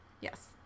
Yes